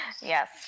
Yes